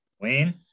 Wayne